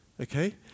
Okay